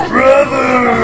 Brother